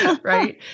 Right